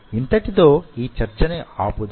ఇంతటితో ఈ చర్చను ఆపుదాం